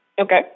Okay